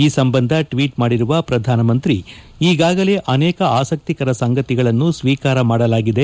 ಈ ಸಂಬಂಧ ಟ್ವೀಟ್ ಮಾಡಿರುವ ಪ್ರಧಾನಮಂತ್ರಿ ಈಗಾಗಲೇ ಅನೇಕ ಆಸಕ್ತಿಕರ ಸಂಗತಿಗಳನ್ನು ಸ್ವೀಕಾರ ಮಾಡಲಾಗಿದೆ